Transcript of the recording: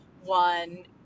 one